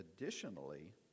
additionally